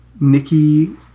Nikki